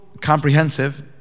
comprehensive